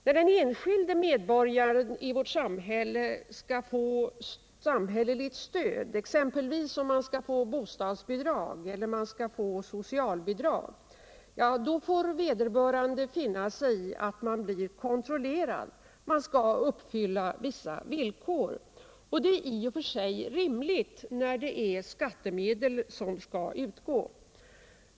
När den enskilde medborgaren skall få samhälleligt stöd, exempelvis bostadsbidrag eller socialbidrag, får vederbörande finna sig i att bli kontrollerad. Man skall uppfylla vissa villkor. Och det är i och för sig rimligt när det är skattemedel som skall utgå.